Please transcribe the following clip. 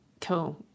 Cool